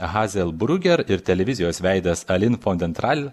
hazel bruger ir televizijos veidas alin fon dentral